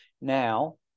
now